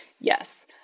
Yes